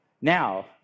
now